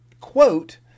quote